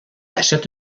achète